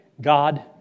God